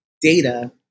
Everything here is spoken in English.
data